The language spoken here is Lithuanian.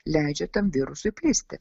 leidžia tam virusui plisti